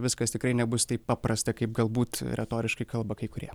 viskas tikrai nebus taip paprasta kaip galbūt retoriškai kalba kai kurie